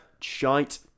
Shite